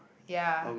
ya